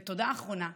תודה אחרונה,